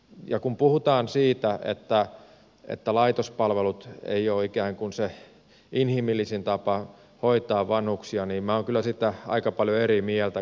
ja kun puhutaan siitä että laitospalvelut eivät ole ikään kuin se inhimillisin tapa hoitaa vanhuksia niin minä olen kyllä siitä aika paljon eri mieltä